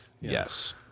yes